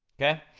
okay?